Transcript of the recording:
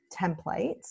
templates